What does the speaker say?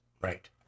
Right